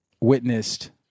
witnessed